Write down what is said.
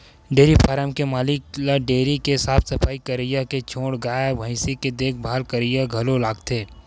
dairy farm के मालिक ल डेयरी के साफ सफई करइया के छोड़ गाय भइसी के देखभाल करइया घलो लागथे